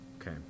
okay